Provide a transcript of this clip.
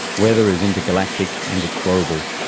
weather is intergalactic and it's global.